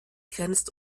grenzt